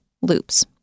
loops